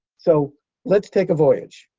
so let's take a voyage.